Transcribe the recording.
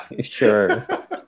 sure